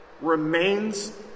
remains